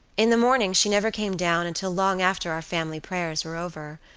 in the morning she never came down until long after our family prayers were over,